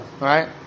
right